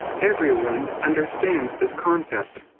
everyone understands this concept.